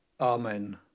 Amen